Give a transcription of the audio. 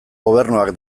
gobernuak